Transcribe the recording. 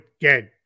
get